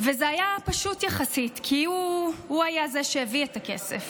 וזה היה פשוט יחסית, כי הוא היה זה שהביא את הכסף.